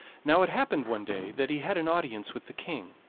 now it happened one day that he had an audience with the king,